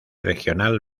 regional